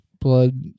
Blood